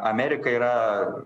amerika yra